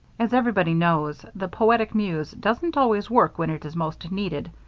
as everybody knows, the poetic muse doesn't always work when it is most needed,